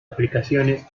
aplicaciones